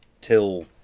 till